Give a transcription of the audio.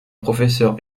professeur